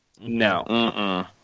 no